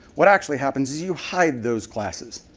what actually happens is you hide those classes.